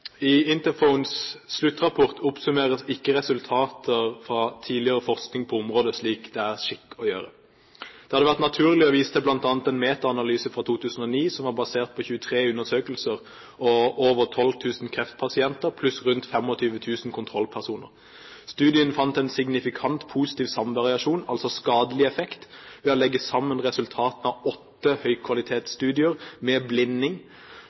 skikk å gjøre. Det hadde vært naturlig å vise til bl.a. en meta-analyse fra 2009, som var basert på 23 undersøkelser og over 12 000 kreftpasienter pluss rundt 25 000 kontrollpersoner. Studien fant en signifikant positiv samvariasjon, altså skadelig effekt, ved å legge sammen resultatene fra åtte «høykvalitetsstudier» med blinding,